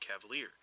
Cavalier